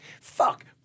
Fuck